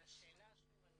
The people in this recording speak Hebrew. אבל השאלה שוב,